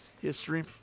history